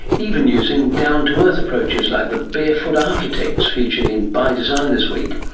even using down-to-earth approaches like the barefoot architects featured in by design this week.